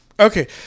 Okay